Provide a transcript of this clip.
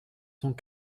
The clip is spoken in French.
cent